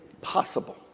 possible